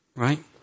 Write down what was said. Right